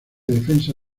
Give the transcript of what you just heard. defensa